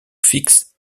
fix